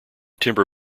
timber